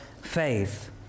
faith